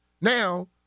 Now